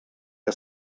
que